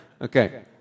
Okay